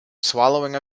swallowing